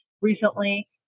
recently